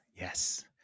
Yes